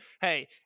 Hey